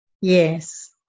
Yes